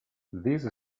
these